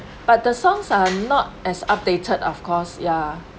but the songs are not as updated of course yeah